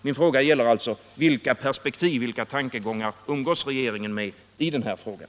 Min fråga gäller alltså: Vilka perspektiv, vilka tankegångar, umgås regeringen med i den här frågan?